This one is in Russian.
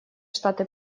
штаты